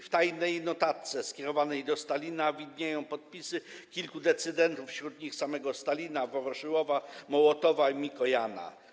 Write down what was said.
W tajnej notatce skierowanej do Stalina widnieją podpisy kilku decydentów, wśród nich samego Stalina, Woroszyłowa, Mołotowa i Mikojana.